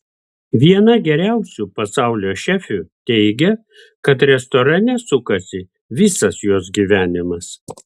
viena geriausių pasaulio šefių teigia kad restorane sukasi visas jos gyvenimas